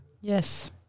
Yes